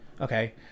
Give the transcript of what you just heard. Okay